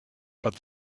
but